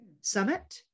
Summit